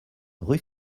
rue